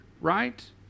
right